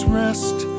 rest